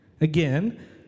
Again